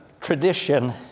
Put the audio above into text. tradition